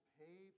pay